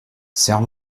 serre